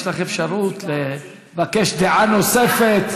יש לך אפשרות לבקש דעה נוספת.